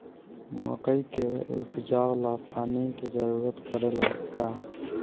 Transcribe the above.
मकई के उपजाव ला पानी के जरूरत परेला का?